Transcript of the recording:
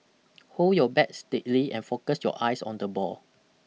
hold your bat steadly and focus your eyes on the ball